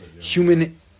Human